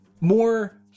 More